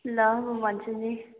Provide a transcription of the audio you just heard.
ल म भन्छु नि